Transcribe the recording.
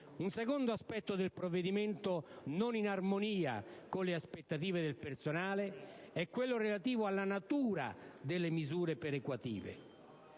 Un secondo aspetto del provvedimento non in armonia con le aspettative del personale è quello relativo alla natura delle misure perequative.